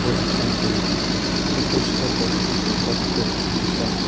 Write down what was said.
পৰিত্ৰাণ কৰি সেই সুস্থ পথ পথটোত বা